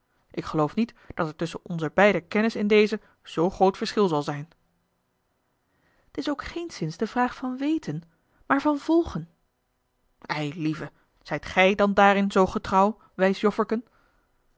ik geloof niet dat er tusschen onzer beider kennis in dezen zoo groot verschil zal zijn t is ook geenszins de vraag van weten maar van volgen eilieve zijt gij dan daarin zoo getrouw wijs